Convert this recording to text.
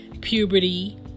puberty